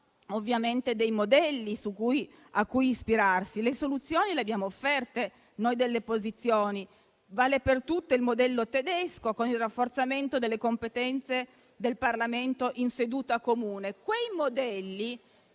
ovviamente modelli a cui ispirarsi, perché di soluzioni ne abbiamo offerte noi delle opposizioni (valga per tutte il modello tedesco, con il rafforzamento delle competenze del Parlamento in seduta comune). Quei modelli